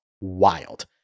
wild